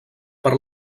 per